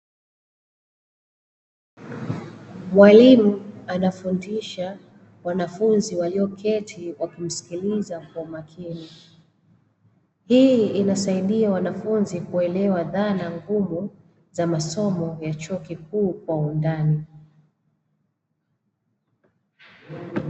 Mwalimu anafundisha wanafunzi walioketi wakimsikiliza kwa makini, hii inasaidia wanafunzi kuelewa dhana ngumu za masomo ya chuo kikuu kwa undani.